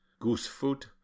Goosefoot